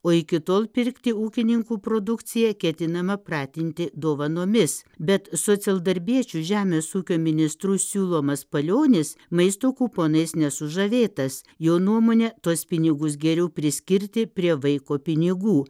o iki tol pirkti ūkininkų produkciją ketinama pratinti dovanomis bet socialdarbiečių žemės ūkio ministru siūlomas palionis maisto kuponais nesužavėtas jo nuomone tuos pinigus geriau priskirti prie vaiko pinigų